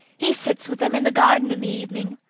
he sits with them in the garden in the evening.